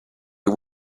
you